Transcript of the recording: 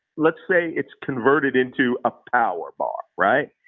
let's say it's converted into a power bar. right?